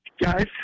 Guys